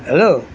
hello